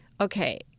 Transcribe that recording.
okay